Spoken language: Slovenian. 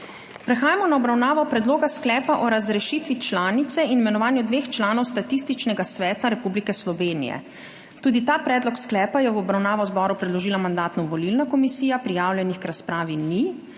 Prehajamo na obravnavo Predloga sklepa o razrešitvi članice in imenovanju dveh članov Statističnega sveta Republike Slovenije. Tudi ta predlog sklepa je v obravnavo zboru predložila Mandatno-volilna komisija. Prijavljenih k razpravi ni.